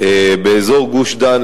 באזור גוש-דן,